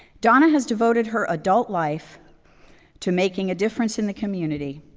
donna has devoted her adult life to making a difference in the community.